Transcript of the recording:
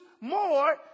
more